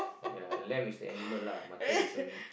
ya lamb is the animal lah mutton is the meat